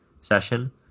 session